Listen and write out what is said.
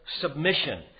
submission